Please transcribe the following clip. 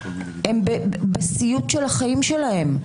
הם בסיוט של החיים שלהם.